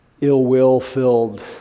ill-will-filled